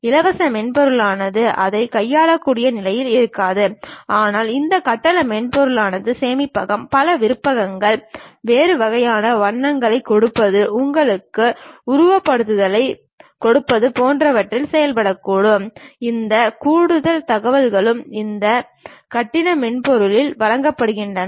இலவச மென்பொருளானது அதைக் கையாளக்கூடிய நிலையில் இருக்காது ஆனால் இந்த கட்டண மென்பொருளானது சேமிப்பகம் பல விருப்பங்கள் வேறு வகையான வண்ணங்களைக் கொடுப்பது உங்களுக்கு உருவகப்படுத்துதல்களைக் கொடுப்பது போன்றவற்றில் செயல்படக்கூடும் இந்த கூடுதல் தகவலும் இந்த கட்டண மென்பொருள் வழங்குகிறது